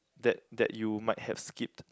that that you might have skipped